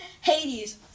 Hades